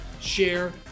share